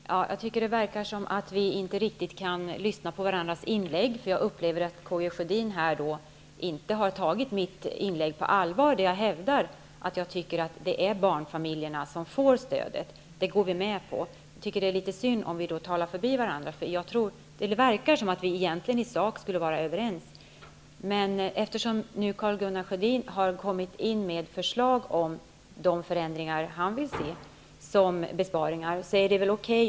Herr talman! Jag tycker det verkar som att vi inte riktigt lyssnar på varandras inlägg. Jag upplever att Karl Gustaf Sjödin inte har tagit mitt inlägg på allvar. Jag hävdar där att det är barnfamiljerna som får stödet. Det går vi med på. Jag tycker att det är litet synd om vi talar förbi varandra. Det verkar som om vi egentligen skulle vara överens i sak. Karl Gustaf Sjödin har nu kommit med förslag till de förändringar han vill ha när det gäller besparingar, och det är okej.